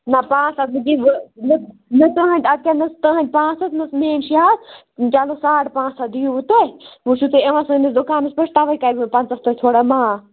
نہ پانٛژھ ہَتھ نہٕ کینٛہہ نہ تُہُنٛدۍ پانٛژھ ہَتھ نہ میٲنۍ شٮ۪ے ہَتھ چَلو ساڈ پانٛژھ ہَتھ دِیوٗ تُہۍ وَنۍ چھِو تُہۍ یِوان سٲنِس دُکانَس پٮ۪ٹھ تَوٕے تَومے کَرِ مےٚ پَنٛژاہ تۄہہِ تھوڑا معاف